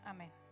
Amen